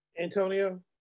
antonio